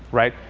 right?